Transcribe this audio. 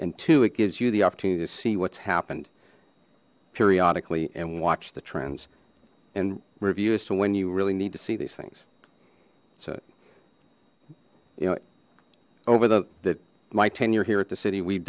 and two it gives you the opportunity to see what's happened periodically and watch the trends and review as to when you really need to see these things so you know over the that my tenure here at the city we've